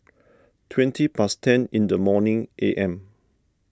twenty past ten in the morning A M